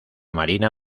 marina